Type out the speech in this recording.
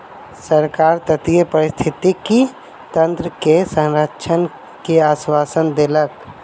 सरकार तटीय पारिस्थितिकी तंत्र के संरक्षण के आश्वासन देलक